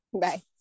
Bye